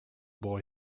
boy